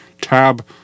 tab